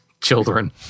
children